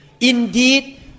indeed